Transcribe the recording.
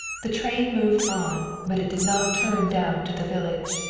the train moved on, but it did not turn down to the village.